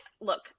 look